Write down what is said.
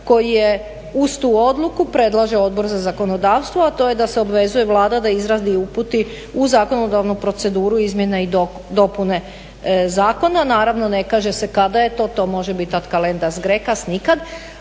koji uz tu odluku predlaže Odbor za zakonodavstvo, a to je da se obvezuje Vlada da izradi i uputi u zakonodavnu proceduru izmjene i dopune zakona. Naravno ne kaže se kada je to, to može biti … nikad, ali nije